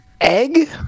egg